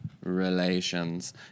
relations